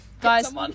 Guys